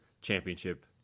championship